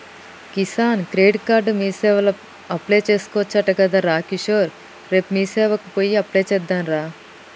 Kisan credit card మీసేవల apply చేసుకోవచ్చట గదరా కిషోర్ రేపు మీసేవకు పోయి అప్లై చెద్దాంరా